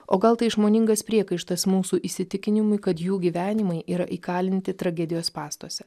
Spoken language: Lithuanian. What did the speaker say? o gal tai išmoningas priekaištas mūsų įsitikinimui kad jų gyvenimai yra įkalinti tragedijos spąstuose